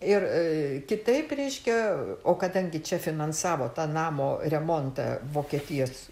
ir kitaip reiškia o kadangi čia finansavo tą namo remontą vokietijos